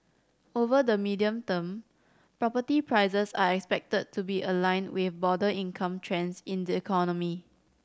over the medium term property prices are expected to be aligned with broader income trends in the economy